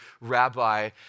rabbi